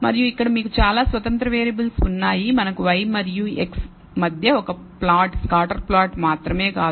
మరియు ఇక్కడ మీకు చాలా స్వతంత్ర వేరియబుల్స్ ఉన్నాయి మనకు y మరియు x1 మధ్య ఒక ప్లాట్ స్కాటర్ ప్లాట్ మాత్రమే కాదు